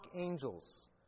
Angels